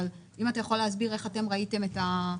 אבל אם אתה יכול להסביר איך אתם ראיתם את הדבר?